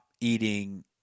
eating